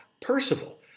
Percival